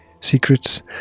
Secrets